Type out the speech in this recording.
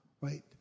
right